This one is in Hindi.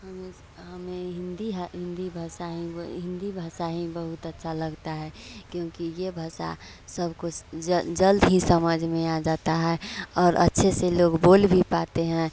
हमें हमें हिन्दी ह हिन्दी भाषा व हिन्दी भाषा ही बहुत अच्छी लगती है क्योंकि यह भाषा सब कुस जल जल्द ही समझ में आ जाता है और अच्छे से लोग बोल भी पाते हैं